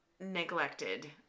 neglected